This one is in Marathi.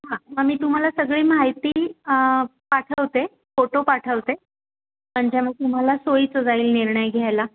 हां मग मी तुम्हाला सगळी माहिती पाठवते फोटो पाठवते म्हणजे मग तुम्हाला सोयीचं जाईल निर्णय घ्यायला